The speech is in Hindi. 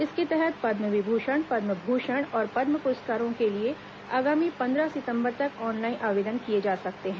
इसके तहत पद्म विभूषण पद्म भूषण और पद्म पुरस्कारों के लिए आगामी पंद्रह सितम्बर तक ऑनलाइन आवेदन किए जा सकते हैं